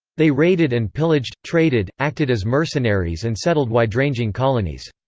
they raided and pillaged, traded, acted as mercenaries and settled wide-ranging colonies.